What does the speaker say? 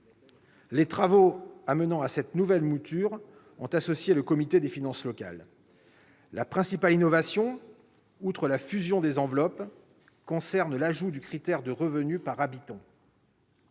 Les travaux amenant à la nouvelle mouture ont associé le comité des finances locales. La principale innovation, outre la fusion des enveloppes, consiste en l'ajout du critère de revenu par habitant.